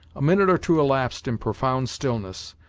a minute or two elapsed in profound stillness,